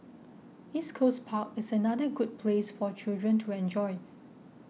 East Coast Park is another good place for children to enjoy